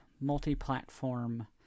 multi-platform